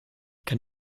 kann